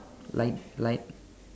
light light